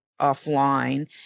offline